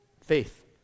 faith